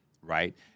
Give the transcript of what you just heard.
right